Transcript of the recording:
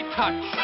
touch